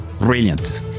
Brilliant